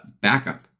Backup